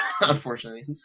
Unfortunately